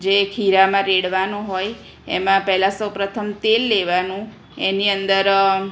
જે ખીરામાં રેડવાનું હોય એમાં પહેલાં સૌ પ્રથમ તેલ લેવાનું એની અંદર